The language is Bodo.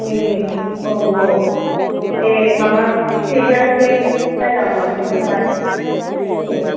ए औ औ दे माबा हैजागोन बे जायगा उनाव खिनथाहरबानो औ